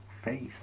face